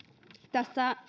tässä